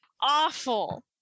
awful